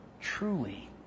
Truly